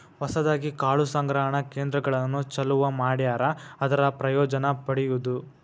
ಹೊಸದಾಗಿ ಕಾಳು ಸಂಗ್ರಹಣಾ ಕೇಂದ್ರಗಳನ್ನು ಚಲುವ ಮಾಡ್ಯಾರ ಅದರ ಪ್ರಯೋಜನಾ ಪಡಿಯುದು